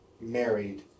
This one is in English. married